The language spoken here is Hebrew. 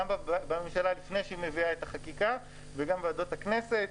גם בממשלה לפני שהיא מביאה את החקיקה וגם ועדות הכנסת.